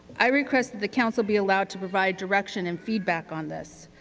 i request that the council be allowed to provide direction and feedback on this